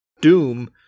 Doom